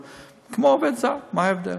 כמו עובד זר, מה ההבדל?